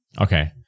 Okay